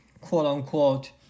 quote-unquote